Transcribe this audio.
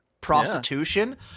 prostitution